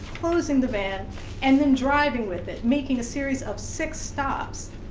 closing the van and then driving with it, making a series of six stops.